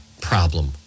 problem